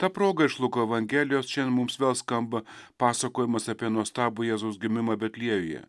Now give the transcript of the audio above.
ta proga iš luko evangelijos šiandien mums vėl skamba pasakojimas apie nuostabų jėzaus gimimą betliejuje